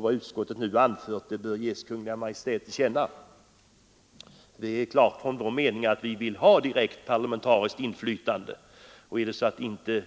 Vad utskottet nu anfört bör ges Kungl. Maj:t till känna.” Vår mening är att vi vill ha ett direkt parlamentariskt inflytande. Om